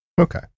Okay